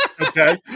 okay